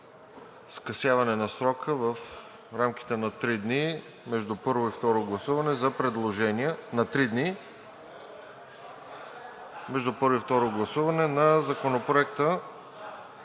скъсяване на срока на три дни между първо и второ гласуване на Законопроекта